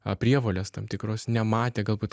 prievolės tam tikros nematė galbūt